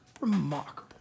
remarkable